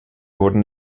wurden